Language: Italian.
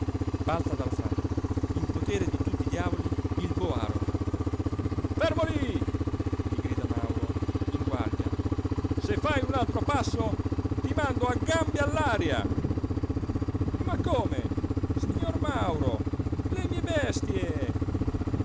balza dalla fratta in potere di tutti i diavoli il boaro fermo lí gli grida mauro in guardia se fai un altro passo ti mando a gambe all'aria ma come signor mauro le mie bestie